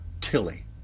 Tilly